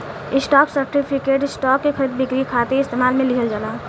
stock certificate, stock के खरीद बिक्री खातिर इस्तेमाल में लिहल जाला